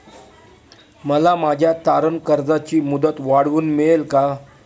मला माझ्या तारण कर्जाची मुदत वाढवून मिळेल का?